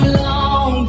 long